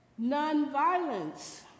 nonviolence